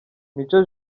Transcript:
mico